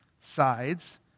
sides